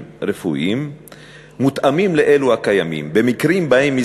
רפואיים מותאמים לאלו הקיימים במקרים שבהם היא